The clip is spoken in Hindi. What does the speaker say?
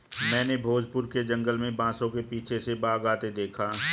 मैंने भोजपुर के जंगल में बांसों के पीछे से बाघ आते देखा